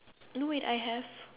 no wait I have